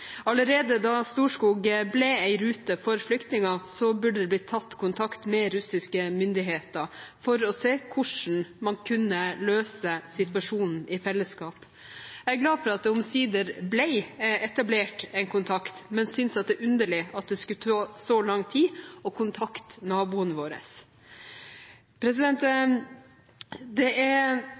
Allerede da Storskog ble en rute for flyktninger, burde man tatt kontakt med russiske myndigheter for å se på hvordan man kunne løse situasjonen i fellesskap. Jeg er glad for at det omsider ble etablert kontakt, men synes det er underlig at det skulle ta så lang tid å kontakte naboen vår. Det er